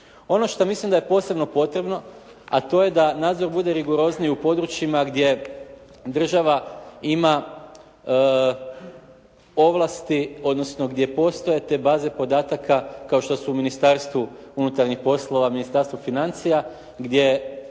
Ono što mislim da je posebno potrebno a to je da nadzor bude rigorozniji u područjima gdje država ima ovlasti, odnosno gdje postoje te baze podataka kao što su u Ministarstvu unutarnjih poslova, Ministarstvu financija gdje